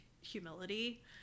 humility